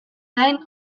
gain